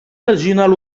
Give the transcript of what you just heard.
regional